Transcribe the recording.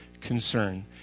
concern